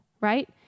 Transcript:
right